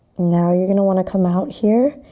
now, you're gonna want to come out here.